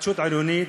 התחדשות עירונית,